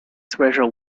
treasure